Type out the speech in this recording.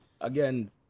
again